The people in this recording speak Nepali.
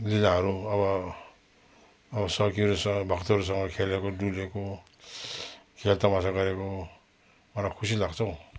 लीलाहरू अब अब सखीहरूसँग भक्तहरूसँग खेलेको डुलेको खेल तमासा गरेको मलाई खुसी लाग्छ